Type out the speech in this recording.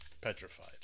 petrified